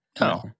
No